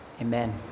Amen